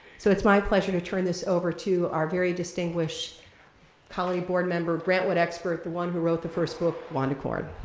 so it's my pleasure to turn this over to our very distinguished colleague, board member, grant wood expert, the one who wrote the first book, wanda corn.